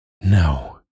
No